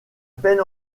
peine